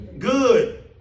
Good